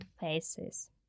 faces